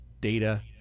data